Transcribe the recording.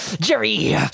Jerry